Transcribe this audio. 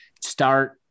start